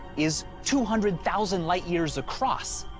is two hundred thousand light-years across.